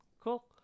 cool